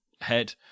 head